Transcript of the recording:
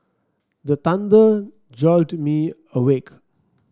the thunder jolt me awake